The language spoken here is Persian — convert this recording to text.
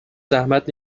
زحمت